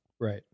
Right